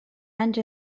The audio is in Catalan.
anys